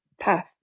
path